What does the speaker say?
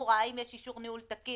פרוצדורה האם יש אישור ניהול תקין?